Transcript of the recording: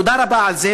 תודה רבה על זה,